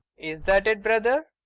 is that it, brother?